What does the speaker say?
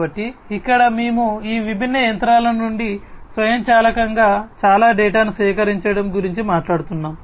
కాబట్టి ఇక్కడ మేము ఈ విభిన్న యంత్రాల నుండి స్వయంచాలకంగా చాలా డేటాను సేకరించడం గురించి మాట్లాడుతున్నాము